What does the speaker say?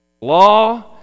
Law